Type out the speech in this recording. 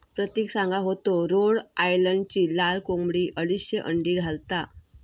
प्रतिक सांगा होतो रोड आयलंडची लाल कोंबडी अडीचशे अंडी घालता